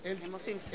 נא להביא את ההצבעה.